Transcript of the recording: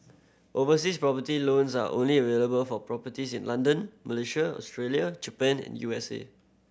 overseas property loans are only available for properties in London Malaysia Australia Japan and U S A